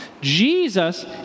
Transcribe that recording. Jesus